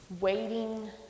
Waiting